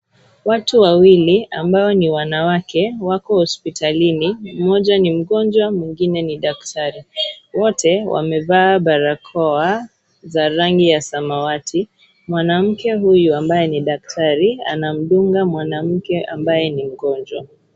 Watu wawili ambao ni wanawake wako hospitalini, mmoja ni mgonjwa mwingine ni daktari, wote wamevaa barakoa za rangi ya samawati, mwanamke huyu ambaye ni daktari anamdunga